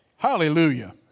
Hallelujah